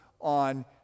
on